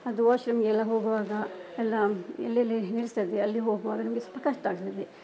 ಅದು ವಾಶ್ರೂಮ್ಗೆಲ್ಲ ಹೋಗುವಾಗ ಎಲ್ಲ ಎಲ್ಲೆಲ್ಲಿ ನಿಲ್ಲಿಸ್ತದೆ ಅಲ್ಲಿ ಹೋಗುವಾಗ ನಮಗೆ ಸ್ವಲ್ಪ ಕಷ್ಟ ಆಗ್ತದೆ